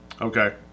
okay